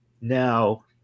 now